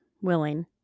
willing